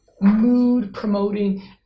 mood-promoting